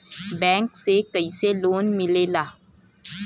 Bank से कइसे loan मिलेला?